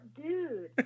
dude